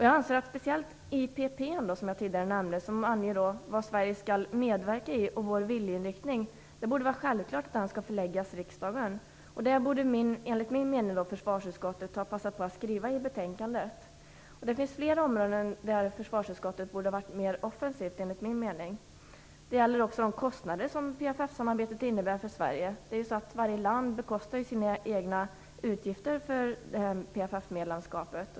Jag anser speciellt beträffande beslut om IPP, som jag tidigare nämnde och som anger vad Sverige skall medverka i och vår viljeinriktning, att det borde vara självklart att detta skall förläggas till riksdagen. Detta borde enligt min mening försvarsutskottet ha passat på att skriva i betänkandet. Det finns flera områden där försvarsutskottet enligt min mening borde ha varit mer offensivt. Det gäller också de kostnader som PFF-samarbetet innebär för Sverige. Varje land bekostar sina egna utgifter för PFF-medlemskapet.